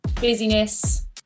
busyness